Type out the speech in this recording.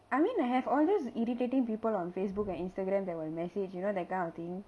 I mean I have all those irritating people on Facebook and Instagram that will message you know that kind of thing